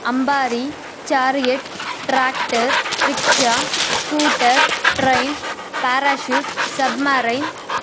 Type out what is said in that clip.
అంబారి chariot tractor rickshaw scooter train parachute submarine